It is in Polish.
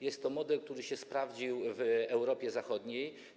Jest to model, który się sprawdził w Europie Zachodniej.